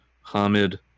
Hamid